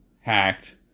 hacked